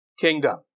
kingdom